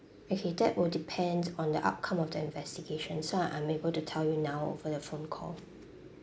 okay that would depend on the outcome of the investigation so I'm unable to tell you now over the phone call